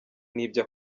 n’ibyo